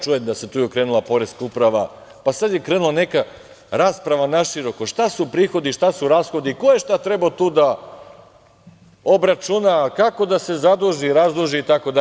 Čujem da se tu okrenula Poreska uprava pa sada je krenula neka rasprava naširoko – šta su prihodi, šta su rashodi, ko je šta trebao tu da obračuna, kako da se zaduži, razduži itd.